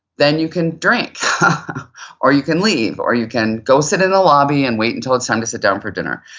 then you can drink or you can leave or you can go sit in the lobby and wait until it's time to sit down for dinner.